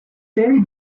very